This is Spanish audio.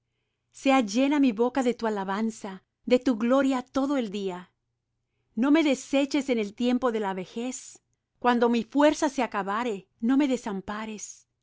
sea llena mi boca de tu alabanza de tu gloria todo el día no me deseches en el tiempo de la vejez cuando mi fuerza se acabare no me desampares